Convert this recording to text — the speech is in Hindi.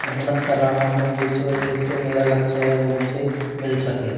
मेहनत कर रहा हूँ जिस वजह से मेरा लक्ष्य है वो मुझे मिल सके